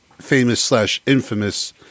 famous-slash-infamous